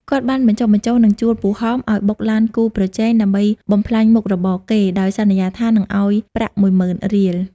គាត់បានបញ្ចុះបញ្ចូល និងជួលពូហំឲ្យបុកឡានគូប្រជែងដើម្បីបំផ្លាញមុខរបរគេ ដោយសន្យាថានឹងឲ្យប្រាក់មួយម៉ឺនរៀល។